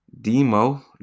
Demo